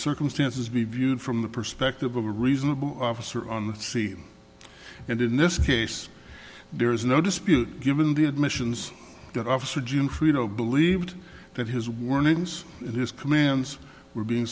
circumstances be viewed from the perspective of a reasonable officer on the scene and in this case there is no dispute given the admissions that officer june frito believed that his warnings and his commands were being